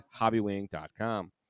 hobbywing.com